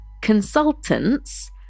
consultants